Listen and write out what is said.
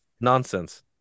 nonsense